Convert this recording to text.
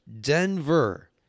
denver